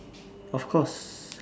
of course